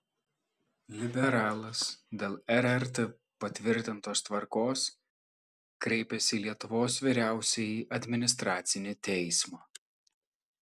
liberalas dėl rrt patvirtintos tvarkos kreipėsi į lietuvos vyriausiąjį administracinį teismą